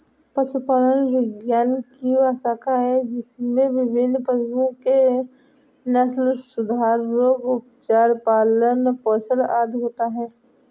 पशुपालन विज्ञान की वह शाखा है जिसमें विभिन्न पशुओं के नस्लसुधार, रोग, उपचार, पालन पोषण आदि होता है